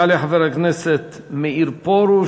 יעלה חבר הכנסת מאיר פרוש,